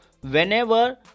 whenever